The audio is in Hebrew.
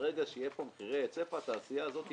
ברגע שיהיו פה מחירי היצף התעשייה הזאת תקרוס.